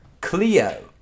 Cleo